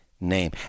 name